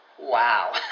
Wow